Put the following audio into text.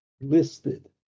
listed